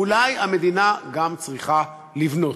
אולי המדינה גם צריכה לבנות,